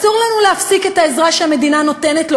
אסור לנו להפסיק את העזרה שהמדינה נותנת לו,